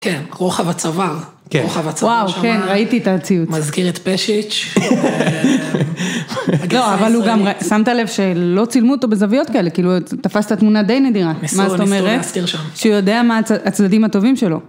‫כן, רוחב הצבא, רוחב הצבא שם. ‫-וואו, כן, ראיתי את הציוץ. ‫מזכיר את פשיץ'... ‫לא, אבל הוא גם... ‫שמת לב שלא צילמו אותו בזוויות כאלה, ‫כאילו, תפסת תמונה די נדירה. ‫-מסוריה, מסוריה, מסתיר שם. ‫מה זאת אומרת? ‫שהוא יודע מה הצדדים הטובים שלו.